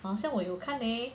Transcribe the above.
好像我有看 leh